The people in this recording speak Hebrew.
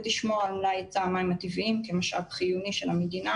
ותשמור על מלאי היצע המים הטבעיים כמשאב חיוני של המדינה,